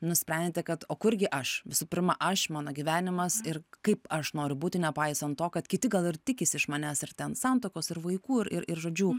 nusprendėte kad o kur gi aš visų pirma aš mano gyvenimas ir kaip aš noriu būti nepaisant to kad kiti gal ir tikisi iš manęs ir ten santuokos ir vaikų ir ir žodžiu